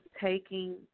taking